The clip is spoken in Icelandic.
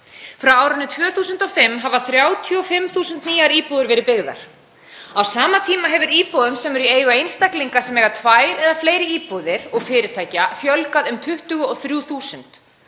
Frá árinu 2005 hafa 35.000 nýjar íbúðir verið byggðar. Á sama tíma hefur íbúðum sem eru í eigu einstaklinga sem eiga tvær eða fleiri íbúðir og fyrirtækja fjölgað um 23.000.